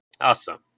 Awesome